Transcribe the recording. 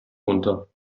munter